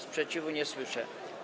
Sprzeciwu nie słyszę.